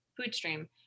Foodstream